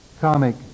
comic